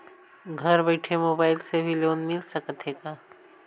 घर बइठे मोबाईल से भी लोन मिल सकथे का?